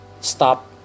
stop